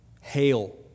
Hail